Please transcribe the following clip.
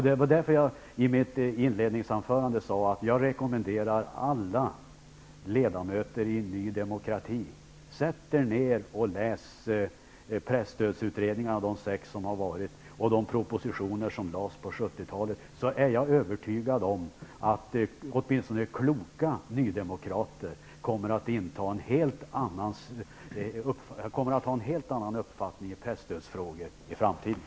Därför sade jag i mitt inledningsanförande att jag rekommenderar alla ledamöter i Ny demokrati att sätta sig ner och läsa de sex presstödsutredningar som förekommit samt de propositioner som lades fram på 70-talet. Om ni gör det, kommer ni -- i varje fall de av er i Ny demokrati som är kloka -- att ha en helt annan uppfattning i presstödsfrågor. Det är jag övertygad om.